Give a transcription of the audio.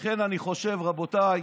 לכן אני חושב, רבותיי,